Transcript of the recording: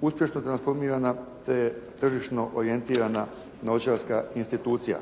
uspješno transformirana, te je tržišno orijentirana novčarska institucija.